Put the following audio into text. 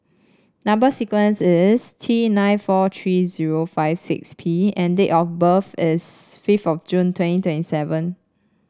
number sequence is T nine four tree zero five six P and date of birth is fifth of June twenty twenty seven